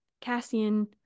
Cassian